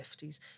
50s